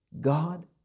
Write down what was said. God